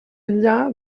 enllà